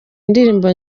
indirimbo